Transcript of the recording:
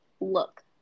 Look